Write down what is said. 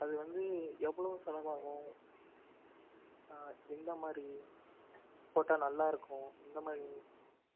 அது வந்து எவ்வளோ செலவாகும் ஆ எந்த மாதிரி போட்டால் நல்லாயிருக்கும் எந்த மாதிரி